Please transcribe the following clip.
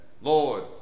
Lord